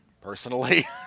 personally